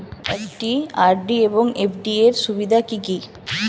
একটি আর.ডি এবং এফ.ডি এর সুবিধা কি কি?